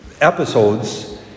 episodes